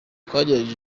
twagerageje